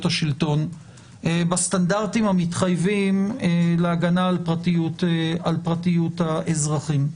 השלטון בסטנדרטים המתחייבים להגנה על פרטיות האזרחים.